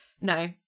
no